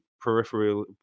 Peripheral